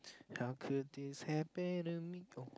how could this happen to me oh